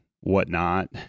whatnot